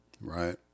Right